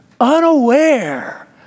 unaware